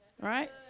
Right